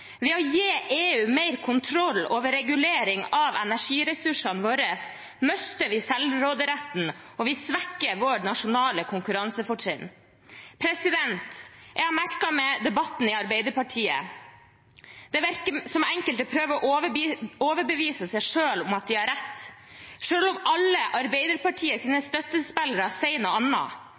Ved å gi EU mer kontroll over regulering av energiressursene våre mister vi selvråderetten, og vi svekker vårt nasjonale konkurransefortrinn. Jeg har merket meg debatten i Arbeiderpartiet. Det virker som om enkelte prøver å overbevise seg selv om at de har rett, selv om alle Arbeiderpartiets støttespillere sier noe annet – en samlet fagbevegelse, tverrpolitiske vedtak i kraft- og